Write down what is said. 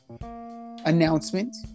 announcement